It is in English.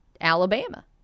Alabama